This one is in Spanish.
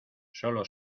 sólo